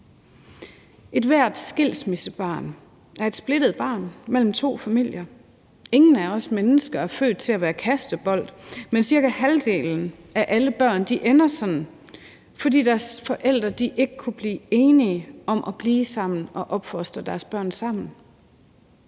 Ethvert skilsmissebarn er et splittet barn mellem to familier, og ingen af os mennesker er født til at være kastebold, men cirka halvdelen af alle børn ender sådan, fordi deres forældre ikke kunne blive enige om at blive sammen og opfostre deres børn sammen.